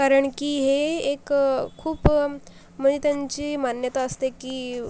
कारण की हे एक खूप म्हणजे त्यांची मान्यता असते की